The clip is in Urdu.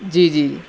جی جی